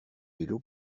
vélo